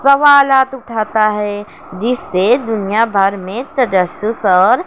سوالات اٹھاتا ہے جس سے دنیا بھر میں تجسس اور